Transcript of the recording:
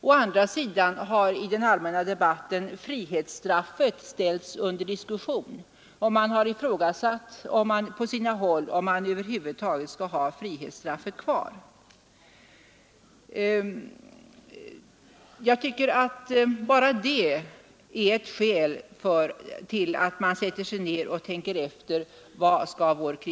Å andra sidan har frihetsstraffet ställts under diskussion i den allmänna debatten, och man har på sina håll ifrågasatt om vi över huvud taget skall ha frihetsstraffet kvar.